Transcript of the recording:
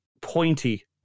pointy